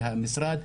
מהמשרד,